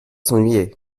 s’ennuyer